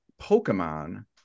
Pokemon